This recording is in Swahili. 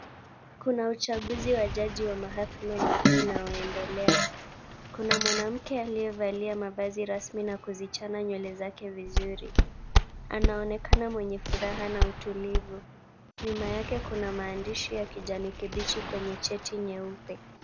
Kuna uchaguzi wa jaji wa mahakama makuu unaoendelea. Kuna mwanamke aliyevalia mavazi rasmi na kuzichana nywele zake vizuri. Anaonekana mwenye furaha na utulivu. Nyuma yake kuna maandishi ya kijani kibichi kwenye cheti nyeupe.